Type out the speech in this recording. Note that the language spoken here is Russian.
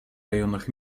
районах